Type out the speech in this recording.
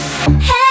Hey